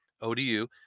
ODU